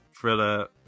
thriller